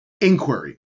inquiry